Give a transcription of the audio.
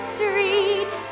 Street